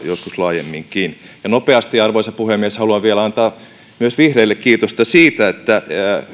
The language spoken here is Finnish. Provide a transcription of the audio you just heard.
joskus laajemminkin arvoisa puhemies nopeasti haluan vielä antaa myös vihreille kiitosta siitä että